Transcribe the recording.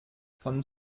von